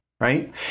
right